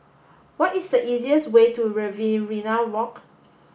what is the easiest way to Riverina Walk